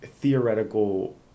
theoretical